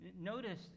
Notice